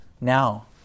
now